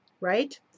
right